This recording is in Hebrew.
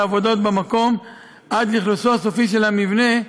עבודות במקום עד לאכלוסו הסופי של המבנה,